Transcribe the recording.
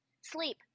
Sleep